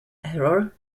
error